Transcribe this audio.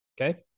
Okay